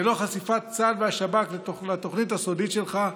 ללא חשיפת צה"ל והשב"כ לתוכנית הסודית שלך,